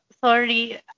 Sorry